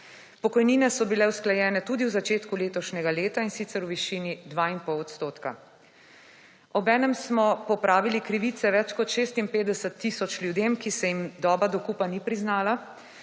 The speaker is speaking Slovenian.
Pokojnine so bile usklajene tudi v začetku letošnjega leta in sicer v višini 2,5 odstotka. Ob enem smo popravili krivice več kot 56 tisoč ljudem, ki se jim doba dokupa ni priznala